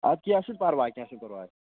اَدٕ کیٚنٛہہ چھُنہٕ پرواے کیٚنٛہہ چھُنہٕ پرواے